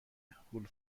هول